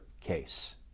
Case